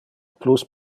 plus